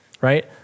right